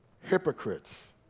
hypocrites